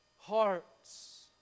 hearts